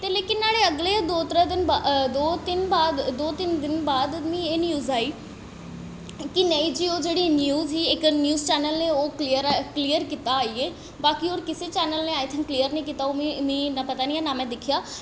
ते लेकिन नोहाड़ै अगले गै दो त्रै दिन बाद दो तिन्न बाद दो तिन्न दिन बाद मी एह् न्यूज आई कि नेईं जी ओह् जेह्ड़ी न्यूज ही इक न्यूज चैनल ने ओह् क्लियर ऐ क्लियर कीता आइयै बाकी ओह् किसै चैनल ने आइयै क्लियर निं कीता मी इन्ना पता निं ऐ ना में दिक्खेआ